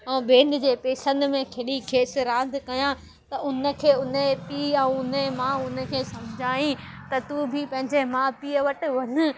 ऐं ॿियनि जे पैसनि में खेॾी खेसि रांदि कया त हुनखे हुनजे पीअ ऐं हुनजे माउ हुनखे समुझायई त तूं बि पंहिंजे माउ पीउ वटि वञ